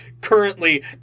currently